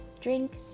drink